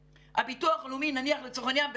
הביטוח לאומי נניח לצורך העניין,